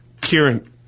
Kieran